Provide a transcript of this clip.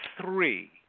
three